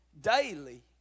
daily